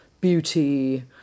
beauty